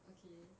okay